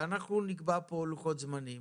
ואנחנו נקבע פה לוחות זמנים